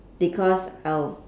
because I will